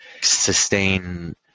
sustain